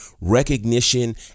recognition